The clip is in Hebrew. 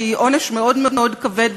שהיא עונש מאוד מאוד כבד,